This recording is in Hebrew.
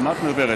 גם את מדברת.